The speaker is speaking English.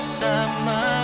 summer